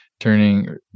Turning